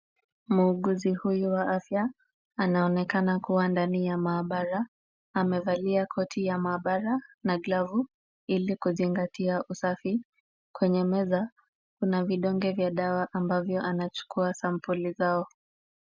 Muuguzi huyu wa afya anaonekana kuwa ndani ya maabara. Amevalia koti ya maabara na glavu ili kuzingatia usafi. Kwenye meza kuna vidonge vya dawa ambavyo anachukua sampuli zao.